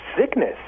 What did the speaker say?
sickness